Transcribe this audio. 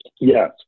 Yes